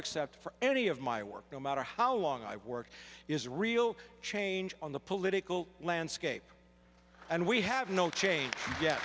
accept for any of my work no matter how long i work is real change on the political landscape and we have no change yeah